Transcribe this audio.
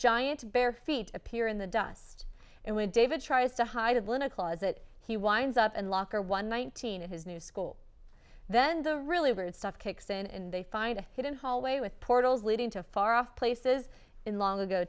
giant bare feet appear in the dust and would david tries to hide it well in a closet he winds up in locker one nineteen in his new school then the really weird stuff kicks in and they find a hidden hallway with portals leading to far off places in long ago